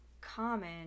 common